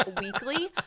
weekly